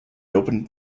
opened